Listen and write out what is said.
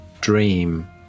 dream